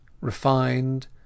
refined